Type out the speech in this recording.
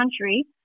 country